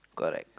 correct